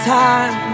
time